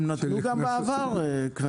הם נתנו גם בעבר קנסות.